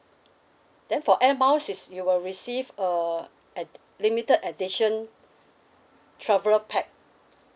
then for air miles is you will receive a ed~ limited edition traveler pack